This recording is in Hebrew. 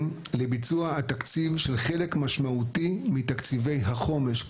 לביצוע התקציב של חלק משמעותי מתקציבי החומש",